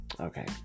Okay